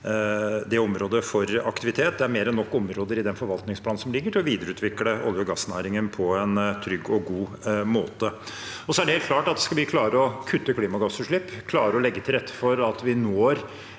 Det er mer enn nok av områder i den forvaltningsplanen som foreligger, til å videreutvikle olje- og gassnæringen på en trygg og god måte. Det er helt klart at skal vi klare å kutte klimagassutslipp, klare å legge til rette for at vi når